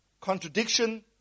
contradiction